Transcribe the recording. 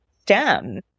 STEM